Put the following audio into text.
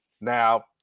Now